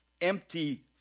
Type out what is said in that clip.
empty